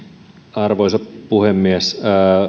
arvoisa puhemies